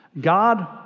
God